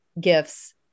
gifts